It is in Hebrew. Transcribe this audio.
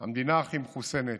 המדינה הכי מחוסנת.